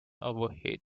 overhead